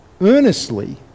earnestly